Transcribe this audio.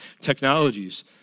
technologies